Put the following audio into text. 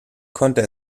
konnte